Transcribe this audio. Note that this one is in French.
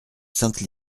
sainte